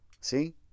See